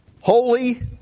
Holy